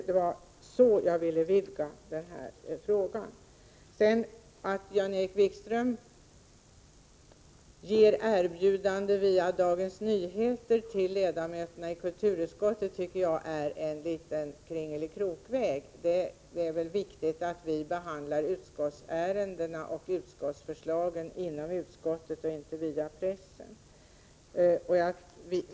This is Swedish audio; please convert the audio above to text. Det var så jag vill vidga den här frågan. Att, som Jan-Erik Wikström gör, via Dagens Nyheter komma med erbjudanden till ledamöterna i kulturutskottet tycker jag är att gå en kringelikrokväg. Det är väl viktigt att vi behandlar utskottsärendena och utskottsförslagen inom utskottet och inte via pressen.